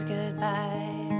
Goodbye